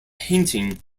painting